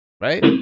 right